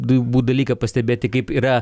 du bū dalyką pastebėti kaip yra